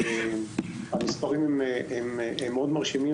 המספרים מרשימים מאוד.